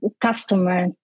customer